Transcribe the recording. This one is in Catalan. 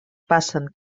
passen